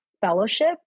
fellowship